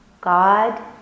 God